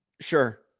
Sure